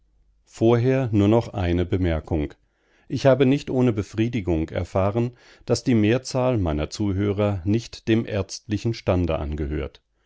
vorher nur noch eine bemerkung ich habe nicht ohne befriedigung erfahren daß die mehrzahl meiner zuhörer nicht dem ärztlichen stande angehört